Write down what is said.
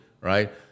right